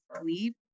sleep